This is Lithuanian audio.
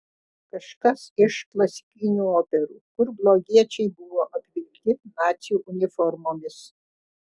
kažkas iš klasikinių operų kur blogiečiai buvo apvilkti nacių uniformomis